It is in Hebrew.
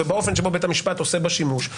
ובאופן שבו בית המשפט עושה בה שימוש,